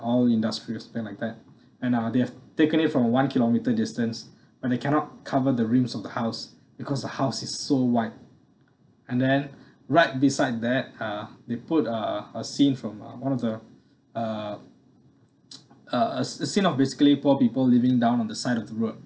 all industrial spent like that and uh they have taken it from a one kilometer distance when they cannot cover the rooms of the house because the house is so wide and then right beside that uh they put a a scene from uh one of the uh a a a scene of basically poor people living down on the side of the road